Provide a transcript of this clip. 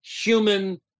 human